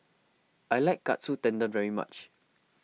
I like Katsu Tendon very much